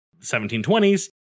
1720s